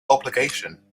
obligation